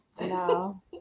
No